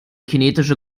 kinetische